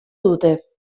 dute